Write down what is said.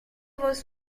was